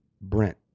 Brent